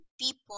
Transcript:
people